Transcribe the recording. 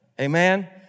Amen